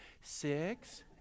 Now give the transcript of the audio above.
Six